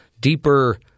deeper